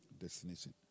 Destination